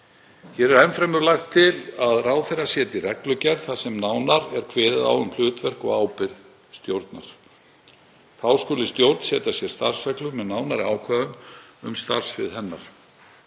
Hér er enn fremur lagt til að ráðherra setji reglugerð þar sem nánar er kveðið á um hlutverk og ábyrgð stjórnar. Þá skuli stjórn setja sér starfsreglur með nánari ákvæðum um starfssvið hennar.